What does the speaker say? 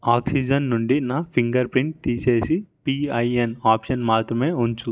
oxygen నుండి నా finger print తీసేసి పిఐఎన్ ఆప్షన్ మాత్రమే ఉంచు